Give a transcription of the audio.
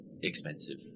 expensive